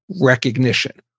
recognition